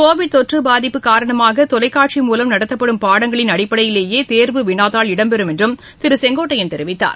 Covid தொற்று பாதிப்பு காரணமாக தொலைகாட்சி மூலம் நடத்தப்படும் பாடங்களின் அடிப்படையிலேயே தேர்வு வினாத்தாள் இடம்பெறம் என்றும் திரு செங்கோட்டையள் தெரிவித்தார்